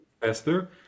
faster